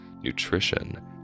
nutrition